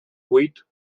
buit